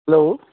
hello